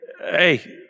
hey